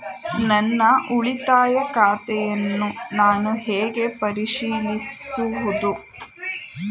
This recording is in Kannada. ನನ್ನ ಉಳಿತಾಯ ಖಾತೆಯನ್ನು ನಾನು ಹೇಗೆ ಪರಿಶೀಲಿಸುವುದು?